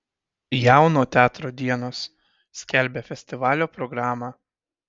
jauno teatro dienos skelbia festivalio programą